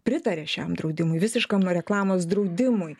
pritaria šiam draudimui visiškam reklamos draudimui